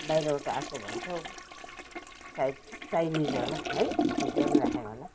बाहिरबाट आएको भन्छौ सायद चाइनिज होला है झुक्याउनु राखेको होला